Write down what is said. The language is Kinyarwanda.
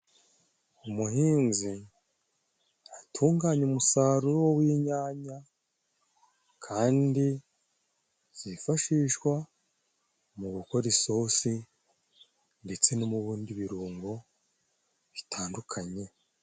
Umuhinzi atunganya umusaruro w'inyanya kandi zifashishwa mu gukora isosi ndetse no mu bundi birungo bitandukanye.